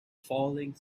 falling